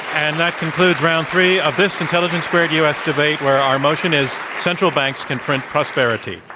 and that concludes round three of this intelligence squared u. s. debate, where our motion is, central banks can print prosperity.